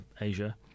asia